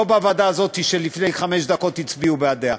לא בוועדה הזאת שלפני חמש דקות הצביעו בעדה,